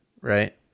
right